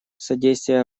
содействия